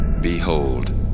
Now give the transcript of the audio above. Behold